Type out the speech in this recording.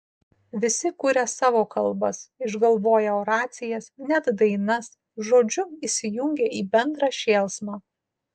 visi kuria savo kalbas išgalvoję oracijas net dainas žodžiu įsijungia į bendrą šėlsmą